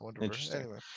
Interesting